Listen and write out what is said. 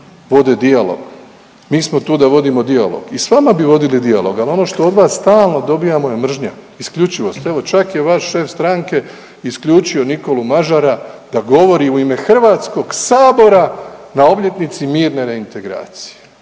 vode dijalog. Mi smo tu da vodimo dijalog. I s vama bi vodili dijalog, ali ono što od vas stalno dobijamo je mržnja, isključivost. Evo čak je vaš šef stranke isključio Nikolu Mažara da govori u ime Hrvatskog sabora na obljetnici mirne reintegracije.